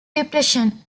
depression